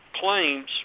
claims